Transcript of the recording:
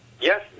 Yes